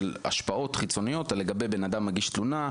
השפעות חיצוניות על אם בן אדם מגיש תלונה,